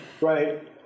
Right